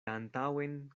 antaŭen